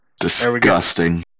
Disgusting